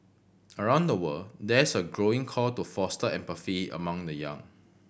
around the world there's a growing call to foster empathy among the young